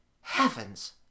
Heavens